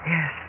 Yes